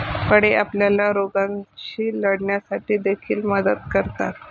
फळे आपल्याला रोगांशी लढण्यासाठी देखील मदत करतात